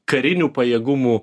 karinių pajėgumų